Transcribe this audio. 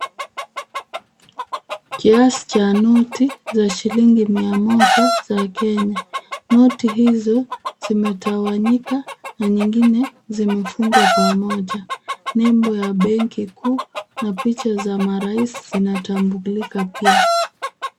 Kiasi cha noti za shilingi mia moja za Kenya. Noti hizo zimetawanyika na zingine zimefungwa pamoja. Nembo ya benki kuu na picha za maraisi zinatambulika pia.